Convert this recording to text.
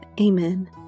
Amen